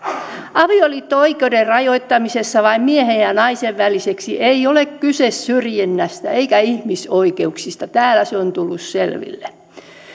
avioliitto oikeuden rajoittamisessa vain miehen ja naisen väliseksi ei ole kyse syrjinnästä eikä ihmisoikeuksista täällä se on tullut selville